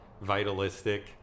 vitalistic